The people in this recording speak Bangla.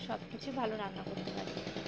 সব কিছুই ভালো রান্না করতে পারি